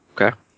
Okay